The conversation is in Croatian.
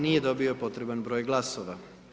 Nije dobio potreban broj glasova.